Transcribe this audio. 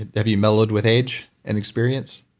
and have you mellowed with age and experience?